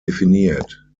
definiert